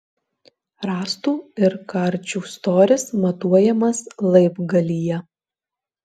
rąstų ir karčių storis matuojamas laibgalyje